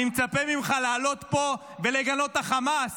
אני מצפה ממך לעלות פה ולגנות את החמאס